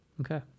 Okay